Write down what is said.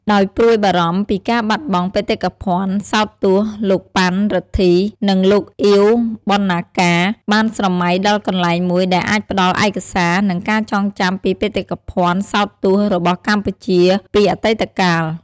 ដោយព្រួយបារម្ភពីការបាត់បង់បេតិភណ្ឌសោតទស្សន៍ លោកប៉ាន់ រិទ្ធី និង លោកអៀវ បណ្ណាការ បានស្រមៃដល់កន្លែងមួយដែលអាចផ្ដល់ឯកសារ និងការចងចាំពីបេតិកភណ្ឌសោតទស្សន៍របស់កម្ពុជាពីអតីតកាល។